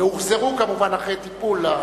והוחזרו כמובן אחרי טיפול.